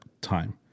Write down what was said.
time